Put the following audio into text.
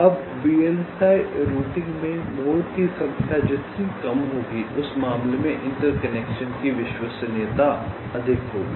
अब VLSI routing में मोड़ की संख्या जितनी कम होगी उस मामले में इंटरकनेक्शन की विश्वसनीयता अधिक होगी